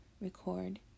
record